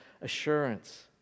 assurance